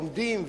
עומדים,